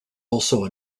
also